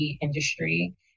industry